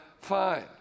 fine